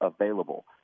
available